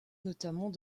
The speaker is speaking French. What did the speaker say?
notamment